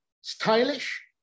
stylish